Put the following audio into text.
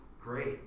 great